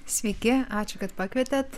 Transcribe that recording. sveiki ačiū kad pakvietėt